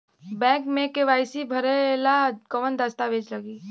Bank मे KYC भरेला कवन दस्ता वेज लागी?